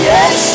Yes